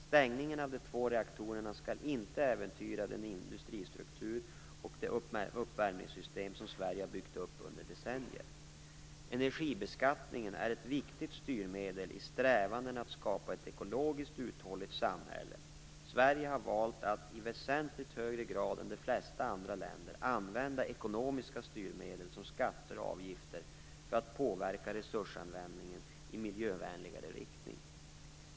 Stängningen av de två reaktorerna skall inte äventyra den industristruktur och det uppvärmningssystem som Sverige har byggt upp under decennier. Energibeskattningen är ett viktigt styrmedel i strävandena att skapa ett ekologiskt uthålligt samhälle. Sverige har valt att, i väsentligt högre grad än de flesta andra länder, använda ekonomiska styrmedel som skatter och avgifter för att påverka resursanvädningen i miljövänligare riktning.